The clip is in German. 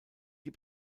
die